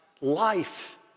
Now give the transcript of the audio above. life